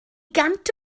gant